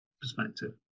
perspective